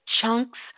Chunks